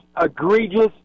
egregious